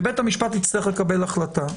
ובית המשפט יצטרך לקבל החלטה.